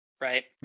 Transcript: right